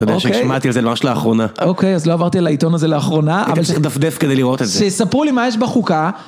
אתה יודע ששמעתי על זה ממש לאחרונה. אוקיי, אז לא עברתי על העיתון הזה לאחרונה. אני גם צריך דפדף כדי לראות את זה. שספרו לי מה יש בחוקה.